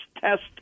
test